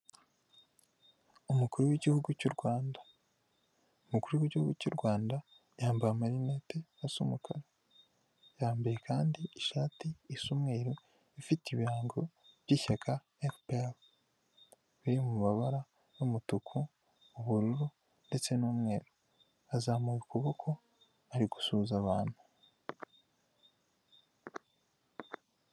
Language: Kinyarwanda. Umukuru w'igihugu cy'u Rwanda, umukuru w'igihugu cy'u Rwanda yambaye amarinete asa umukara, yambaye kandi ishati isa umweru, ifite ibirango by'ishyaka efuperi, biri mu mabara umutuku, ubururu ndetse n'umweru, azamuye ukuboko ari gusuhuza abantu.